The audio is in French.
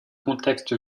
contexte